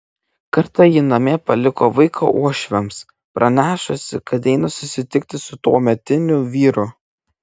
kartą ji namie paliko vaiką uošviams pranešusi kad eina susitikti su tuometiniu vyru